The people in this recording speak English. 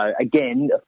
again